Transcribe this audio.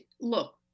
look